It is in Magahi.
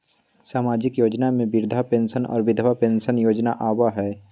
सामाजिक योजना में वृद्धा पेंसन और विधवा पेंसन योजना आबह ई?